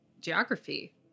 geography